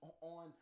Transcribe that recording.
on